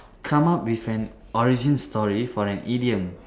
come up with an origin story for an idiom